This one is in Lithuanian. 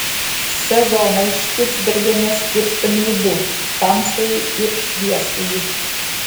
sezonai špicbergene skirstomi į du tamsųjį ir šviesųjį